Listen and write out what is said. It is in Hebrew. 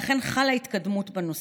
ואכן חלה התקדמות בנושא: